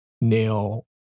nail